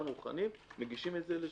מוכנים מגישים את זה לשולחן הוועדה.